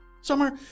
Summer